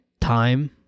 time